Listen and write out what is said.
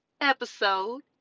episode